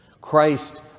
Christ